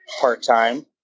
part-time